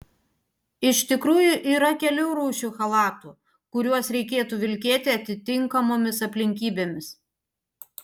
iš tikrųjų yra kelių rūšių chalatų kuriuos reikėtų vilkėti atitinkamomis aplinkybėmis